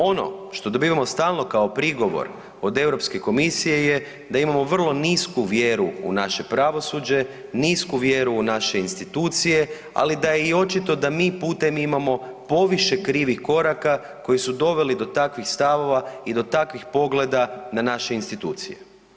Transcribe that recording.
Ono što dobivamo stalno kao prigovor od Europske komisije je da imamo vrlo nisku vjeru u naše pravosuđe, nisku vjeru u naše institucije, ali i da je očito da mi putem imamo poviše krivih koraka koji su doveli do takvih stavova i do takvih pogleda na naše institucije.